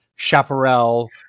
chaparral